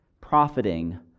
profiting